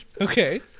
Okay